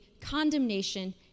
condemnation